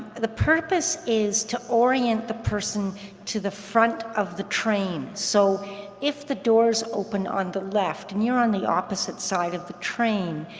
the purpose is to orient the person to the front of the train, so if the doors open on the left and you're on the opposite side of the train,